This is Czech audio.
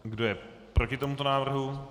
Kdo je proti tomuto návrhu?